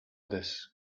this